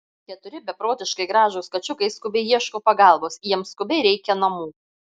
keturi beprotiškai gražūs kačiukai skubiai ieško pagalbos jiems skubiai reikia namų